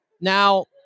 now